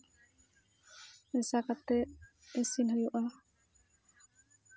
ᱢᱮᱥᱟ ᱠᱚᱛᱮ ᱤᱥᱤᱱ ᱦᱩᱭᱩᱜᱼᱟ